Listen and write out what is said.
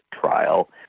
trial